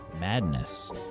madness